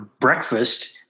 breakfast